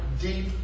deep